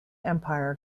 empire